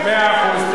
מאה אחוז.